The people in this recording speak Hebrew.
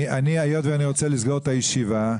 היות ואני רוצה לסגור את הישיבה,